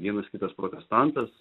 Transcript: vienas kitas protestantas